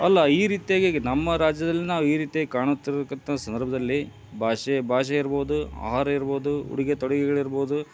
ಅಲ್ಲ ಈ ರೀತಿಯಾಗಿ ನಮ್ಮ ರಾಜ್ಯದಲ್ಲಿ ನಾವು ಈ ರೀತಿಯಾಗಿ ಕಾಣುತ್ತಿರುಗಂಥ ಸಂದರ್ಭ್ದಲ್ಲಿ ಭಾಷೆ ಭಾಷೆ ಇರ್ಬೋದು ಆಹಾರ ಇರ್ಬೋದು ಉಡಿಗೆ ತೊಡಿಗೆಗಳು ಇರ್ಬೋದು